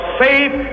safe